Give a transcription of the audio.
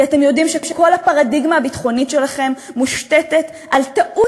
כי אתם יודעים שכל הפרדיגמה הביטחונית שלכם מושתתת על טעות